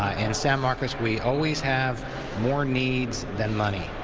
ah in san marcos we always have more needs than money